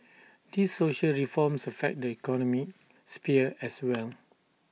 these social reforms affect the economic sphere as well